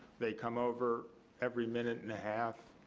they come over every minute and a half,